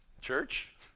Church